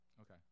Okay